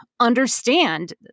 understand